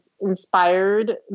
inspired